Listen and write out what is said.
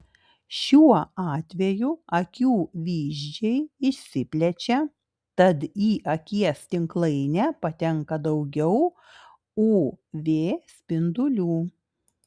šiuo atveju akių vyzdžiai išsiplečia tad į akies tinklainę patenka daugiau uv spindulių